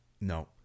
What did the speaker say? No